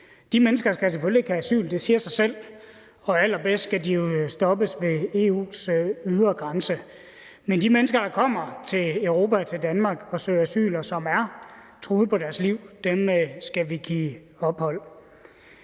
De mennesker skal selvfølgelig ikke have asyl – det siger sig selv – og allerbedst skal de jo stoppes ved EU's ydre grænse, men de mennesker, der kommer til Europa og til Danmark og søger asyl, og som er truet på deres liv, skal vi give ophold.